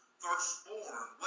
firstborn